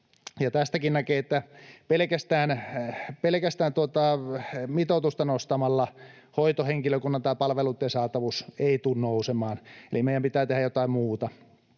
tästäkin näkee, että pelkästään tuota mitoitusta nostamalla hoitohenkilökunnan tai palveluiden saatavuus ei tule nousemaan, eli meidän pitää tehdä jotain muuta.